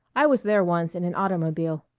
i was there once in an automobile.